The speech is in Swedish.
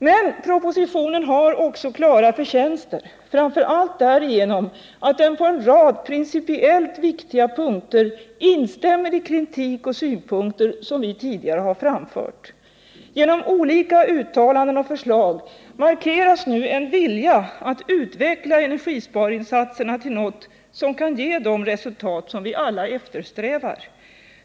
Men propositionen har också klara förtjänster, framför allt därigenom att den på en rad principiellt viktiga punkter instämmer i kritik och synpunkter som vi tidigare framfört. Genom olika uttalanden och förslag markeras nu en vilja att utveckla energisparinsatserna till något som kan ge de resultat som vi Nr 159 alla eftersträvar.